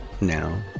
Now